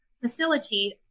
facilitate